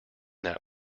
that